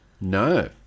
No